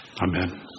Amen